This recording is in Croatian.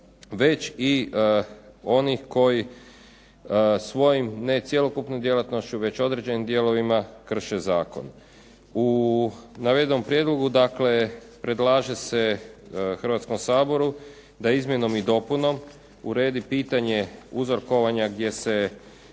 već i onih koji svojim ne cjelokupnom djelatnošću već određenim dijelovima krše zakon. U navedenom prijedlogu, dakle predlaže se Hrvatskom saboru da izmjenom i dopunom uredi pitanje uzorkovanja gdje se